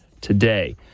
today